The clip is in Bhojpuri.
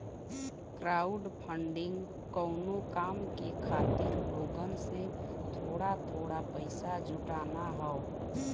क्राउडफंडिंग कउनो काम के खातिर लोगन से थोड़ा थोड़ा पइसा जुटाना हौ